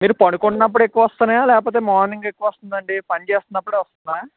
మీరు పడుకున్నప్పుడు ఎక్కువ వస్తున్నాయా లేకపోతే మార్నింగ్ ఎక్కువ వస్తుందండి పనిచేస్తున్నప్పుడు వస్తుందా